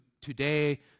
today